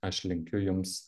aš linkiu jums